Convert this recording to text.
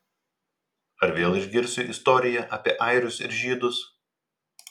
ar vėl išgirsiu istoriją apie airius ir žydus